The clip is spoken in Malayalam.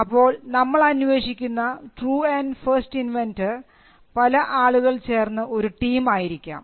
അപ്പോൾ നമ്മൾ അന്വേഷിക്കുന്ന ട്രൂ ആൻഡ് ഫസ്റ്റ് ഇൻവെൻന്റർ പല ആളുകൾ ചേർന്ന് ഒരു ടീം ആയിരിക്കാം